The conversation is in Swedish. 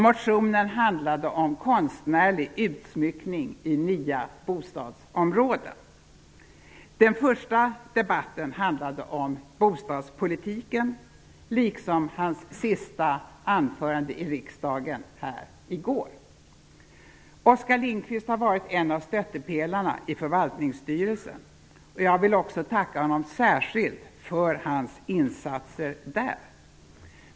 Motionen handlade om konstnärlig utsmyckning i nya bostadsområden. Den första debatten handlade om bostadspolitiken, liksom hans sista riksdagsanförande i går. Oskar Lindkvist har varit en av stöttepelarna i förvaltningsstyrelsen. Jag vill också tacka honom särskilt för hans insatser där.